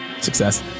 Success